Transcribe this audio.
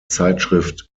zeitschrift